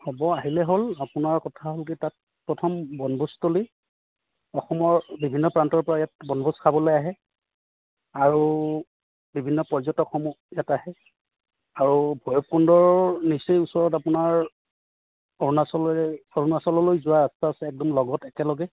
হ'ব আহিলে হ'ল আপোনাৰ কথা হ'ল কি তাত প্ৰথম বনভোজস্থলী অসমৰ বিভিন্ন প্ৰান্তৰ পৰা ইয়াত বনভোজ খাবলে আহে আৰু বিভিন্ন পৰ্যটকসমূহ ইয়াত আহে আৰু ভৈৰৱকুণ্ডৰ নিচেই ওচৰত আপোনাৰ অৰুণাচললৈ অৰুণাচললৈ যোৱা ৰাস্তা আছে একদম লগত একেলগে